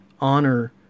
honor